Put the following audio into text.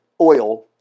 oil